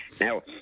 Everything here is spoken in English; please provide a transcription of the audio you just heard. Now